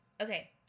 Okay